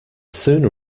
sooner